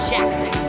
Jackson